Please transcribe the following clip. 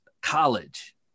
college